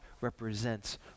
represents